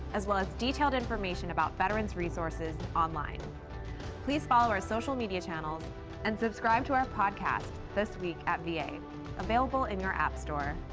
as well as detailed information about veterans resources online please follow our social media channels and subscribe to our podcast this week at va available in your app store.